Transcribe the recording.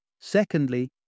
Secondly